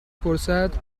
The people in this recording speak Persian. پرسد